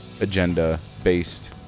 agenda-based